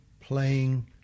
playing